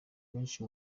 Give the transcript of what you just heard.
benshi